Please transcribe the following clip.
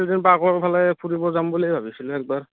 children পাৰ্কৰ ফালে ফুৰিব যাম বুলি ভাবিছিলোঁ এবাৰ